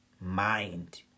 mind